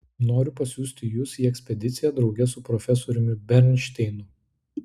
noriu pasiųsti jus į ekspediciją drauge su profesoriumi bernšteinu